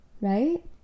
right